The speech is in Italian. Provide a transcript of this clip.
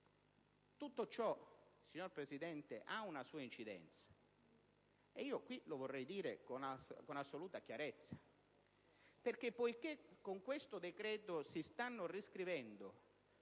Tutto ciò, signor Presidente, ha una sua incidenza, e lo vorrei dire con assoluta chiarezza. Infatti, con questo decreto si stanno riscrivendo